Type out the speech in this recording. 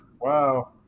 Wow